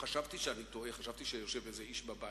כפיים עמו / אשר יאחזכם בציצית ראשכם וינערכם בחוזק יד /